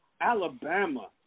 Alabama